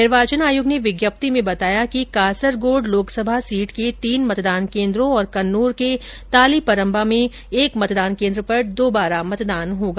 निर्वाचन आयोग ने विज्ञप्ति में बताया कि कासरगोड लोकसभा सीट के तीन मतदान केंद्रों और कन्नुर के तालीपरम्बा में एक मतदान केंद्र पर दोबारा मतदान होगा